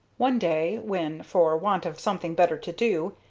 one day, when, for want of something better to do,